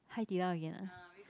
Hai-Di-Lao again ah